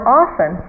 often